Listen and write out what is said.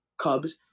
Cubs